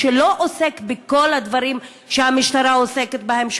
שעוסק בכל הדברים שהמשטרה עוסקת בהם,